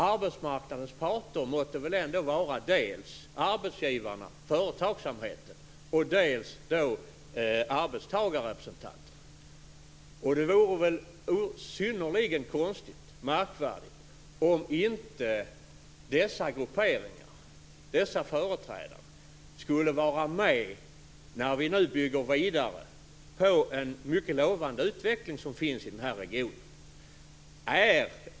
Arbetsmarknadens parter måtte väl ändå var dels arbetsgivarna, företagsamheten, dels arbetstagarnas representanter. Det vore väl synnerligen konstigt om inte dessa grupperingars företrädare skulle vara med när vi nu bygger vidare på en mycket lovande utveckling i den här regionen.